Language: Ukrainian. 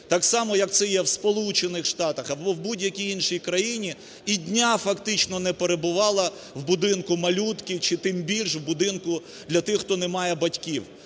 так само як це є в Сполучених Штатах або в будь-якій іншій країні, і дня фактично не перебувала в Будинку малютки чи, тим більш, в будинку для тих, хто не має батьків.